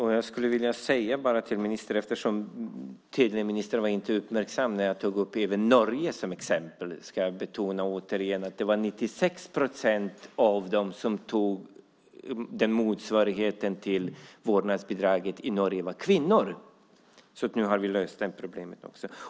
Herr talman! Ministern var tydligen inte uppmärksam när jag även tog upp Norge som exempel. Jag ska återigen betona att 96 procent av dem som tog ut motsvarigheten till vårdnadsbidraget i Norge var kvinnor. Nu har vi löst det problemet också.